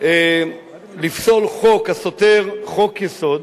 לפסול חוק הסותר חוק-יסוד,